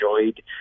enjoyed